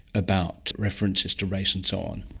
about references to race and so on?